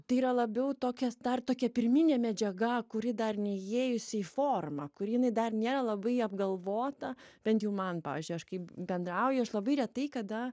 tai yra labiau tokias dar tokia pirminė medžiaga kuri dar neįėjusi į formą kur jinai dar nėra labai apgalvota bent jau man pavyzdžiui aš kaip bendrauju aš labai retai kada